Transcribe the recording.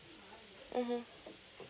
mmhmm